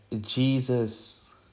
Jesus